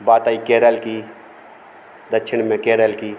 बात आई केरल की दक्षिण में केरल की